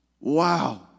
Wow